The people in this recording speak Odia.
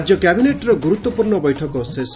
ରାଜ୍ୟ କ୍ୟାବିନେଟ୍ର ଗୁରୁତ୍ୱପୂର୍ଶ୍ଣ ବୈଠକ ଶେଷ